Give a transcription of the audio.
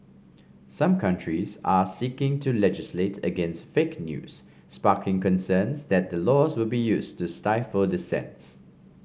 some countries are seeking to legislate against fake news sparking concerns that the laws will be used to stifle dissents